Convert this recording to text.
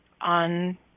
on